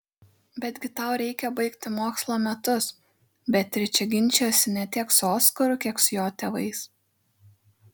betgi tau reikia baigti mokslo metus beatričė ginčijosi ne tiek su oskaru kiek su jo tėvais